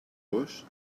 gos